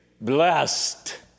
blessed